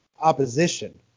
opposition